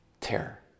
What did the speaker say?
terror